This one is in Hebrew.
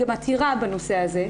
גם עתירה בנושא הזה.